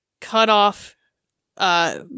cut-off